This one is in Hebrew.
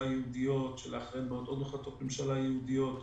ייעודיות שאחריהן מגיעות עוד החלטות ממשלה ייעודיות.